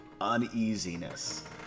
uneasiness